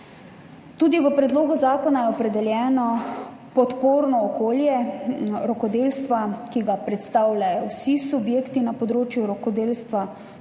V predlogu zakona je opredeljeno podporno okolje rokodelstva, ki ga predstavljajo vsi subjekti na področju rokodelstva,